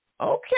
Okay